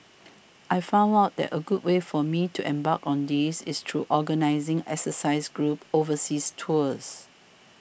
I found out that a good way for me to embark on this is through organising exercise groups overseas tours